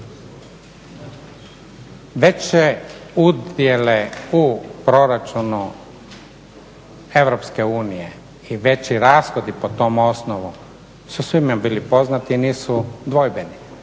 Veće udjele u proračunu Europske unije i veći rashodi po tom osnovu su svima bili poznati i nisu dvojbeni.